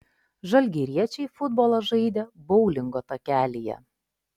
žalgiriečiai futbolą žaidė boulingo takelyje